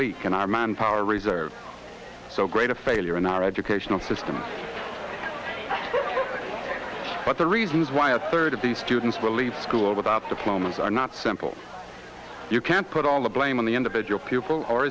leak in our manpower reserves so great a failure in our educational system but the reasons why a third of the students will leave school without diplomas are not simple you can't put all the blame on the individual pupil or